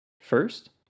First